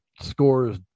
scores